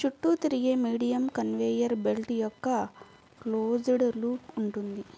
చుట్టూ తిరిగే medium conveyor belt యొక్క క్లోజ్డ్ లూప్ ఉంటుంది